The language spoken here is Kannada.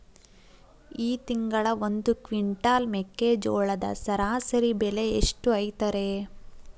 ಈ ತಿಂಗಳ ಒಂದು ಕ್ವಿಂಟಾಲ್ ಮೆಕ್ಕೆಜೋಳದ ಸರಾಸರಿ ಬೆಲೆ ಎಷ್ಟು ಐತರೇ?